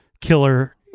killer